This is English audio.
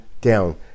down